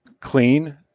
clean